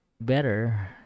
better